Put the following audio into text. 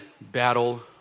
battle